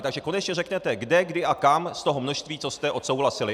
Takže konečně řekněte kde, kdy a kam z toho množství, co jste odsouhlasili.